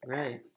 right